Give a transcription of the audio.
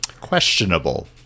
questionable